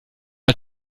mal